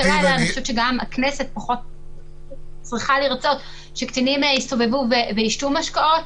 הלילה אני חושבת שגם הכנסת פחות צריכה לרצות שקטינים יסתובבו וישתו משקאות.